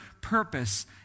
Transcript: purpose